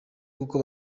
kuko